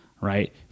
right